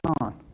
on